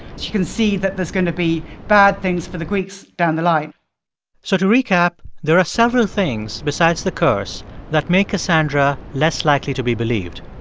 she can see that there's going to be bad things for the greeks down the line so to recap, there are several things besides the curse that make cassandra less likely to be believed.